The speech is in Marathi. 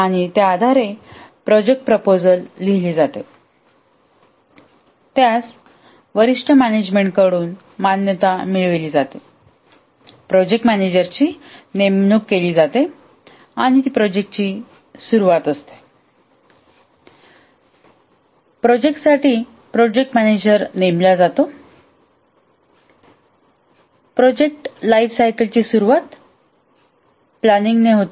आणि त्या आधारे प्रोजेक्ट प्रोपोजल लिहिले जाते आणि त्यास वरिष्ठ मॅनेजमेंट कडून मान्यतामिळवली जाते प्रोजेक्ट मॅनेजरची नेमणूक केली जाते आणि ती प्रोजेक्टची सुरुवात असते प्रोजेक्टसाठी प्रोजेक्ट मॅनेजर नेमला जातो प्रोजेक्ट लाईफ सायकल ची सुरवात प्लँनिंग ने होते